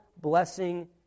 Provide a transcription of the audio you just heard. blessing